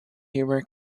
humor